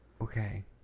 Okay